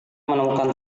menemukan